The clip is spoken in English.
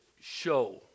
show